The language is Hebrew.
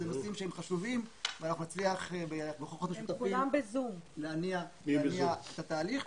אלה נושאים שהם חשובים ואנחנו נצליח בכוחות משותפים להניע את התהליך.